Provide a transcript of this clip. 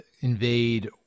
invade